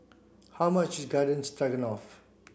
how much is Garden Stroganoff